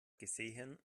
gesehen